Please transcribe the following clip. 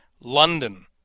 London